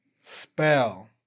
spell